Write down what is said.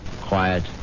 quiet